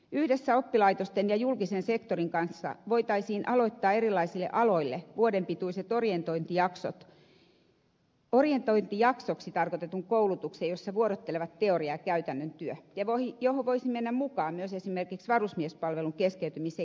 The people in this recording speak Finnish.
yhdessä oppilaitosten ja julkisen sektorin kanssa voitaisiin aloittaa erilaisille aloille vuoden pituiseksi orientointijaksoksi tarkoitettu koulutus jossa vuorottelevat teoria ja käytännön työ ja johon voisi mennä mukaan myös esimerkiksi varusmiespalvelun keskeytymisen jälkeen